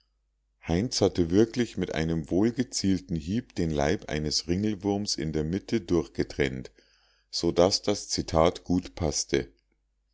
heinz hatte wirklich mit einem wohlgezielten hieb den leib eines ringelwurms in der mitte durchgetrennt so daß das zitat gut paßte